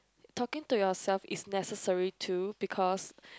talking to yourself is necessary too because